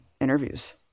interviews